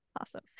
Awesome